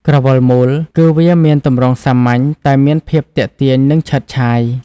ក្រវិលមូល គឺវាមានទម្រង់សាមញ្ញតែមានភាពទាក់ទាញ និងឆើតឆាយ។